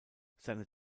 seine